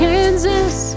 Kansas